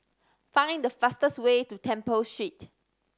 find the fastest way to Temple Street